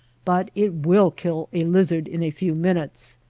but it will kill a lizard in a few minutes.